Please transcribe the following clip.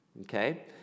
Okay